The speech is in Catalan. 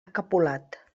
capolat